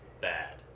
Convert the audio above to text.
bad